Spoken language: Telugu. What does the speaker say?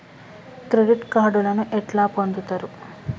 క్రెడిట్ కార్డులను ఎట్లా పొందుతరు?